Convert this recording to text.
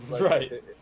Right